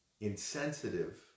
insensitive